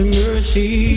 mercy